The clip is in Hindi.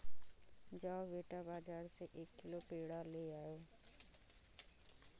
जाओ बेटा, बाजार से एक किलो पेड़ा ले आओ